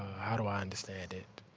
how do i understand it,